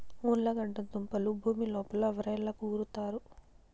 ఉర్లగడ్డ దుంపలు భూమి లోపల వ్రేళ్లకు ఉరుతాయి